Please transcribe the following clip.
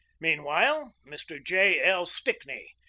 meanwhile, mr. j. l. stickney,